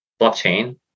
blockchain